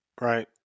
Right